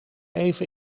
even